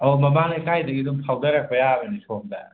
ꯑꯣ ꯃꯃꯥꯡ ꯂꯩꯀꯥꯏꯗꯒꯤ ꯑꯗꯨꯝ ꯐꯥꯎꯗꯔꯛꯄ ꯌꯥꯕꯅꯦ ꯁꯣꯝꯗ